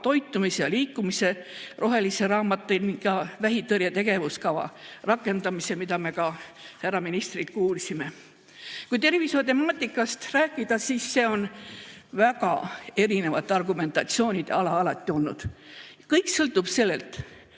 toitumise ja liikumise, rohelise raamatu ja vähitõrje tegevuskava rakendamisel, mida me ka härra ministrilt kuulsime. Kui tervishoiutemaatikast rääkida, siis see on alati olnud väga erinevate argumentatsioonide ala. Kõik sõltub sellest,